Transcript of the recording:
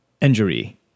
injury